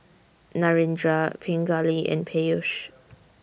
Narendra Pingali and Peyush